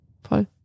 Voll